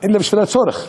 אלא בשביל הצורך.